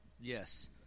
Yes